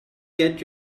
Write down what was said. get